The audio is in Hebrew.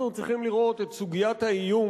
אנחנו צריכים לראות את סוגיית האיום